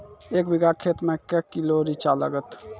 एक बीघा खेत मे के किलो रिचा लागत?